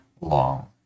long